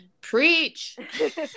Preach